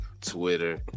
Twitter